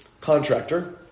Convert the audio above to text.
contractor